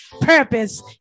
purpose